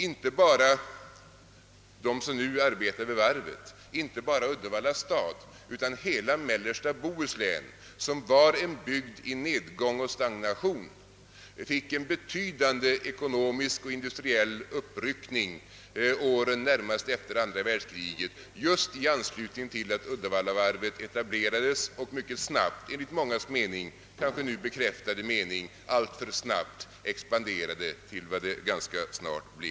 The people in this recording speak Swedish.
Inte bara de som nu arbetar vid varvet, inte bara Uddevalla stad utan hela mellersta Bohuslän, som var en bygd i nedgång och stagnation, fick en betydande ekonomisk och industriell uppryckning åren närmast efter andra världskriget just i anslutning till att Uddevallavarvet etablerades och mycket snabbt, enligt mångas kanske nu bekräftade mening alltför snabbt, expanderade till vad det ganska snart blev.